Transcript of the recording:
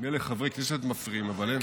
מילא חברי כנסת מפריעים, אבל הם?